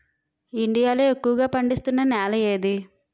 India లో ఎక్కువ పండిస్తున్నా నేల ఏది?